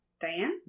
Diane